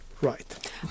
Right